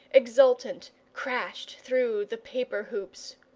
exultant, crashed through the paper hoops.